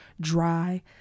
dry